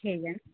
কে জানে